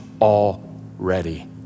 already